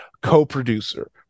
co-producer